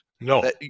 no